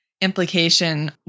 implication